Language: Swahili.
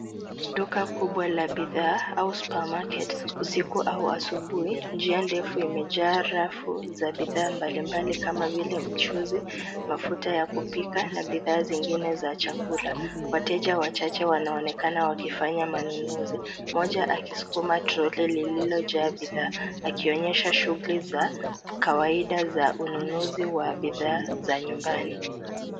Duka kubwa la bidhaa au supermarket , usiku au asubuhi, njia ndefu imejaa rafu za bidhaa mbalimbali kama vile mchuzi, mafuta ya kupika na bidhaa zingine za chakula. Wateja wachache wanaonekana wakifanya manunuzi, mmoja akisukuma troli lililojaa bidhaa akionyesha shughuli za kawaida za ununuzi wa bidhaa za nyumbani.